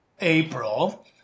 April